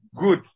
good